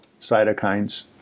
cytokines